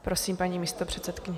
Prosím, paní místopředsedkyně.